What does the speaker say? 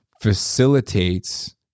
facilitates